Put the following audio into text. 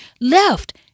left